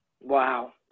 Wow